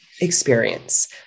experience